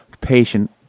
patient